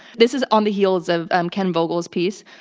this is on the heels of um ken vogel's piece.